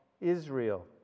Israel